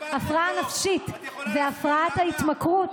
אינו נוכח איתמר בן גביר,